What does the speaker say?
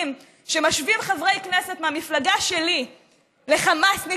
שמשווים חברי כנסת מהמפלגה שלי לחמאסניקים,